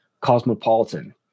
cosmopolitan